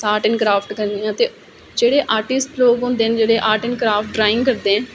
अस art and craft करने आं ते जेहडे़ आर्टिस्ट लोक होंदे ना जेहडे़ आर्ट एंड कराफट ड्रांइग करदे ना